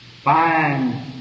Fine